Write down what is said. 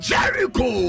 Jericho